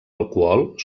alcohol